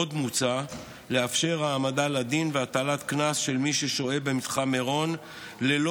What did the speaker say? עוד מוצע לאפשר העמדה לדין והטלת קנס על מי ששוהה במתחם מירון ללא